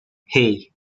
hey